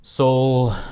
Soul